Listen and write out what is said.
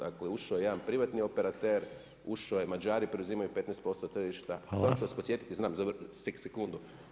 Dakle, ušao je jedan privatni operater, ušao je Mađari preuzimaju 15% tržišta [[Upadica Reiner: Hvala.]] Sad ću vas podsjetiti, znam sekundu.